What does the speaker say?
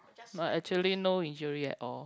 but actually no injury at all